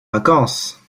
vacances